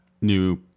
new